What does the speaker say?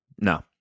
no